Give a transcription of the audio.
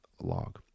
log